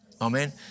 Amen